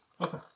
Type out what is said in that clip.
Okay